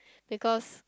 because